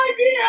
idea